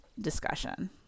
discussion